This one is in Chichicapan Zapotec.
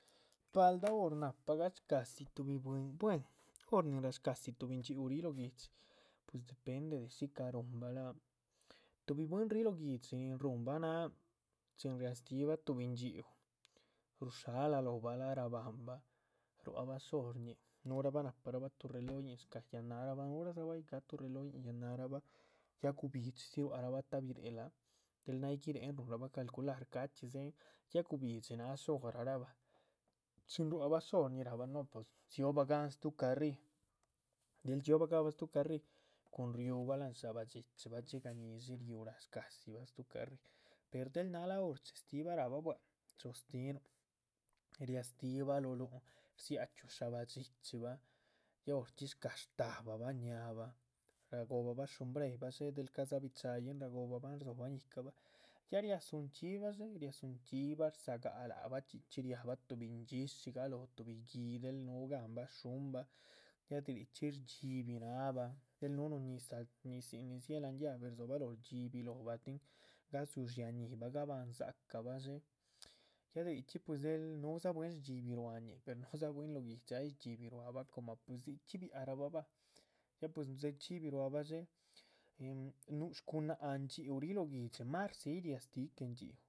Galdáha hor nahá gashcadxi tuhbi bwín, buen hor nin rashcadxi tuhbi ndxhíu ríh lóho guihdxi pues depende de shícah rúhunbah láha tuhbi bwín ríh lóho guihdxi. rin rúhunbah náha chin riahastihbah tuhbi ndxhíu rushála lóhobah lác rabahanbah, rua´c bah shorñi, nuhurahba nahparabah tuh reloyihn nin shcáha yáhan náhrabah. ruhurabah ya cáha tuh reloyihn yáhan náhrabah, ya guhbi´dxidzi rua´c rahbah ta´ birehelac, del náy guiréhen rúhunrahbah calcular ca´chxi dzéhen, ya guhbi´dxi náha. shorah rabah, chin ruá bah shorñih, rahbah lác no pues dziobah gáhan stuh carríh, del dxiohbah gáhabah stuh carríh cun riúhubah láhan shaba´dxichi bah, dxigah ñíshi. riú shca´dzibah stúhu carríh, per del náhala hor chestíhibah rahba buá chostíhinuh riáhastih bah lóho lúhun, rdzáchxiuh shaba´dxichi bah, ya horchxí shcáha shtahba bah. ñáhabah ragobahbah shumbreyih bah dxé, del ca´ dzabi cha´yihn, ragohoba bahn rdzábihn yíhcabha, ya riadzuhun chxí bah dxé, riadzuhun chxí bah, rdzagác lahba,. chxí chxí riahbah tuhbi ndxíshi galóh, tuhbi gi´, del núhu gáhan bah, gshúhun bah, ya de richxí shdxíbih náahabah del núhu núhun ñizah, ñizíhin nin dzié láhan. llave, rdzobalóho shdxíbih lóhobah tin cadzú dshiáñihibah gabahan dzácabah dxé, ya de richxí pues dzel núhudza bwín shdxíbih ruáñih, per núhudza bwín lóho. guihdxi ay shdxíbih ruábah, coma puis dzichxí biahc rabah ya pues dzechxíbih rua bah dxé, shgunáhc ndxhíu ríh lóho guihdxi mas rdzíyi riastíhi que ndxhíu